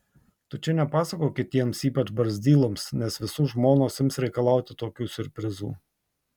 tu čia nepasakok kitiems ypač barzdyloms nes visų žmonos ims reikalauti tokių siurprizų